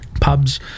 pubs